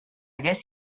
guess